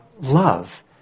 love